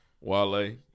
Wale